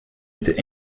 était